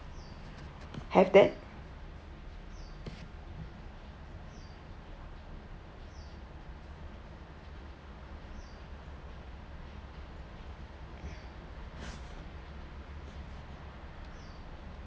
have that